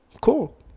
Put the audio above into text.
cool